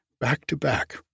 back-to-back